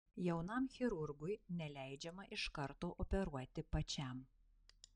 jaunam chirurgui neleidžiama iš karto operuoti pačiam